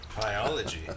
Biology